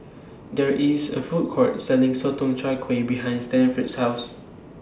There IS A Food Court Selling Sotong Char Kway behind Stanford's House